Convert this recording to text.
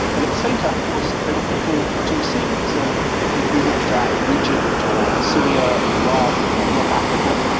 but at the same time, of course, there were people to receive it, so if you looked at egypt or syria or iraq or north africa,